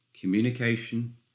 Communication